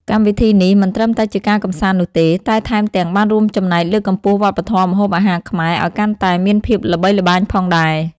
កម្មវិធីនេះមិនត្រឹមតែជាការកម្សាន្តនោះទេ តែថែមទាំងបានរួមចំណែកលើកកម្ពស់វប្បធម៌ម្ហូបអាហារខ្មែរឲ្យកាន់តែមានភាពល្បីល្បាញផងដែរ។